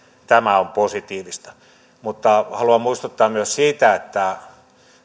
tämä on positiivista mutta haluan muistuttaa myös siitä että